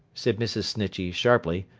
said mrs. snitchey, sharply.